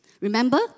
Remember